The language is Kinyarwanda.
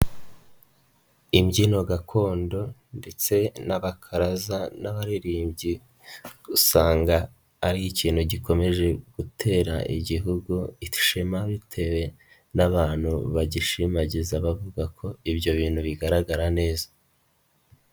Imbyino gakondo ndetse n'abakaraza n'abaririmbyi usanga ari ikintu gikomeje gutera igihugu ishema bitewe n'abantu bagishimagiza bavuga ko ibyo bintu bigaragara neza.